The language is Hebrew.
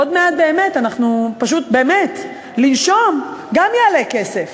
עוד מעט, באמת, לנשום גם יעלה כסף.